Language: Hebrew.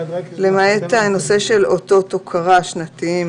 למעט הנושא של אותות הוקרה שנתיים